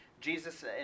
Jesus